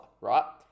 right